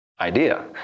idea